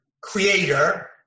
creator